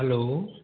hello